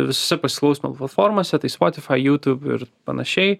visose pasiklausymo platformose tai spotify youtube ir panašiai